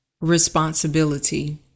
responsibility